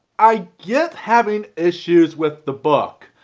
i get having issues with the book,